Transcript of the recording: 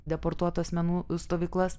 deportuotų asmenų stovyklas